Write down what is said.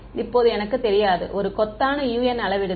இப்போது எனக்கு தெரியாதது ஒரு கொத்தான u n அளவிடுதல்